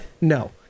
No